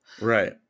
right